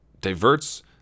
diverts